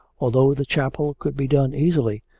although the chapel could be done easily,